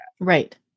Right